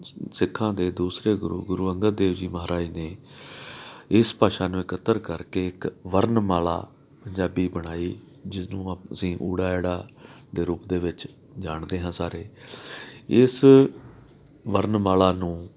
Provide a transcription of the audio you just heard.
ਸਿ ਸਿੱਖਾਂ ਦੇ ਦੂਸਰੇ ਗੁਰੂ ਗੁਰੂ ਅੰਗਦ ਦੇਵ ਜੀ ਮਹਾਰਾਜ ਨੇ ਇਸ ਭਾਸ਼ਾ ਨੂੰ ਇਕੱਤਰ ਕਰਕੇ ਇੱਕ ਵਰਣਮਾਲਾ ਪੰਜਾਬੀ ਬਣਾਈ ਜਿਸ ਨੂੰ ਆ ਅਸੀਂ ਊੜਾ ਐੜਾ ਦੇ ਰੂਪ ਦੇ ਵਿੱਚ ਜਾਣਦੇ ਹਾਂ ਸਾਰੇ ਇਸ ਵਰਣਮਾਲਾ ਨੂੰ